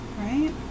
right